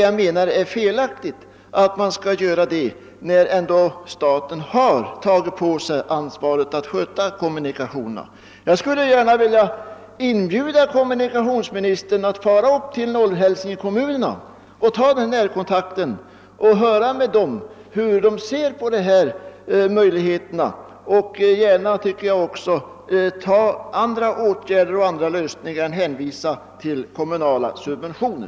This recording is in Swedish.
Jag finner det felaktigt att de skulle göra det, när ändå staten har tagit på sig ansvaret för att sköta kommunikationerna. Jag skulle vilja inbjuda kommunikationsministern att fara upp till kommunerna i norra Hälsingland och ta denna närkontakt för att få höra hur man där ser på sina möjligheter. Statsrådet kunde gärna också tänka på andra åtgärder än att hänvisa till kommunala subventioner.